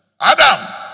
Adam